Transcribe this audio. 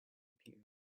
appeared